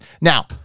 Now